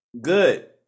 Good